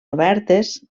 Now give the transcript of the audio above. obertes